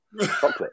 Chocolate